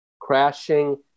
Crashing